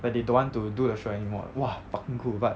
like they don't want to do the show anymore !wah! fucking cool but